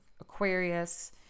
Aquarius